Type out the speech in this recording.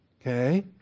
Okay